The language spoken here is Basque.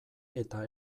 eta